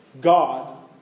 God